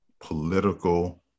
political